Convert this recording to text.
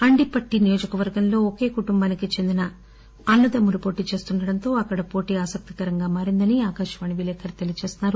అండీ పట్టి నియోజకవర్గంలో ఒకే కుటుంబానికి చెందిన అన్న దమ్ములు పోటీ చేస్తుండటంతో అక్కడ పోటీ ఆసక్తికరంగా మారిందని ఆకాశవాణి విలేఖరి తెలియచేస్తున్నారు